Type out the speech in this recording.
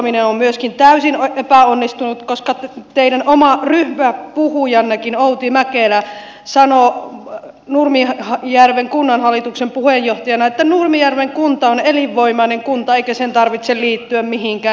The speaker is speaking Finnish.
sitouttaminen on myöskin täysin epäonnistunut koska teidän oma ryhmäpuhujanne outi mäkeläkin sanoo nurmijärven kunnanhallituksen puheenjohtajana että nurmijärven kunta on elinvoimainen kunta eikä sen tarvitse liittyä mihinkään